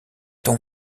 ton